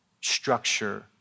Structure